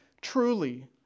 truly